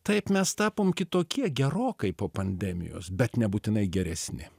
taip mes tapom kitokie gerokai po pandemijos bet nebūtinai geresni